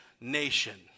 nation